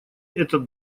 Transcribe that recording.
этот